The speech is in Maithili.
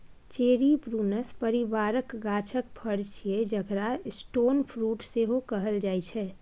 चेरी प्रुनस परिबारक गाछक फर छियै जकरा स्टोन फ्रुट सेहो कहल जाइ छै